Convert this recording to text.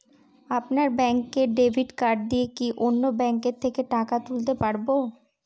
আপনার ব্যাংকের debit card দিয়ে কি অন্য ব্যাংকের থেকে টাকা তুলতে পারবো?